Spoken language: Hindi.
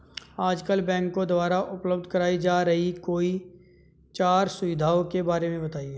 आजकल बैंकों द्वारा उपलब्ध कराई जा रही कोई चार सुविधाओं के बारे में बताइए?